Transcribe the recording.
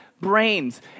brains